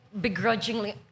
begrudgingly